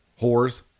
Whores